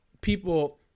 people